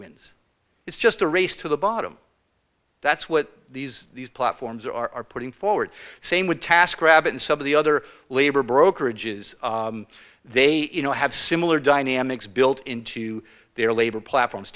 wins it's just a race to the bottom that's what these these platforms are putting forward same with task rabbit and some of the other labor brokerages they you know have similar dynamics built into their labor platforms